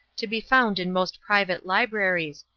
to be found in most private libraries,